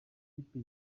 ikipe